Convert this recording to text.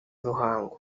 ruhango